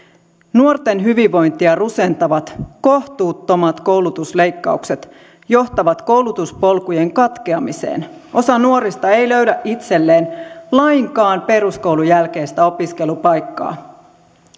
nuorten hyvinvointia rusentavat kohtuuttomat koulutusleikkaukset johtavat koulutuspolkujen katkeamiseen osa nuorista ei löydä itselleen lainkaan peruskoulun jälkeistä opiskelupaikkaa